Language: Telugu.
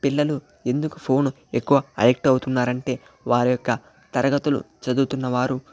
పిల్లలు ఎందుకు ఫోను ఎక్కువ అడిక్ట్ అవుతున్నారంటే వారి యొక్క తరగతులు చదువుతున్న వారు